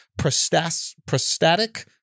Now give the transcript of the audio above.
prostatic